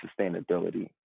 sustainability